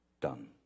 done